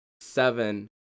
seven